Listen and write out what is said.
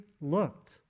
looked